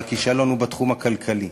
והכישלון הוא בתחום הכלכלי,